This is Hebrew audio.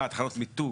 אה, תחנות מיתוג.